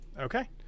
Okay